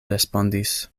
respondis